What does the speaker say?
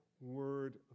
word